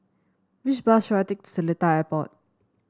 which bus should I take to Seletar Airport